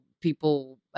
people